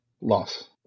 loss